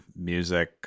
music